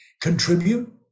contribute